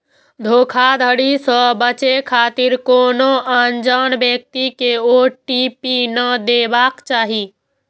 धोखाधड़ी सं बचै खातिर कोनो अनजान व्यक्ति कें ओ.टी.पी नै देबाक चाही